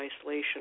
isolation